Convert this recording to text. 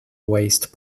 waste